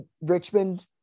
Richmond